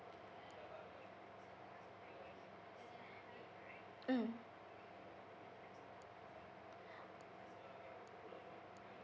mm